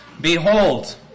Behold